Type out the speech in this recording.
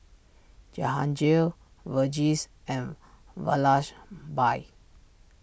Jahangir Verghese and bye